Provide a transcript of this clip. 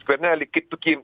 skvernelį kaip tokį